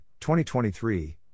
2023